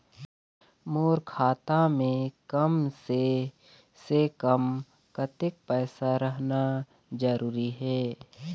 मोर खाता मे कम से से कम कतेक पैसा रहना जरूरी हे?